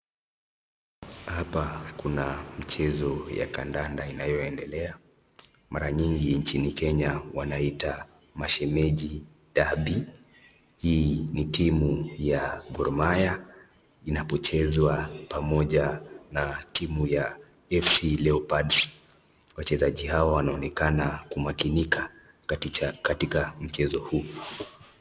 Hapa kuna mchezo ya kandanda na inayoendelea. Mara mingi nchini Kenya, wanaita mashemeji dabi. Hii ni timu ya Gor Mahia inapochezwa pamoja na timu ya Fc Leopards. Wachezaji hawa wanaonekana kumakinika katika mchezo huu.